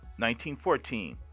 1914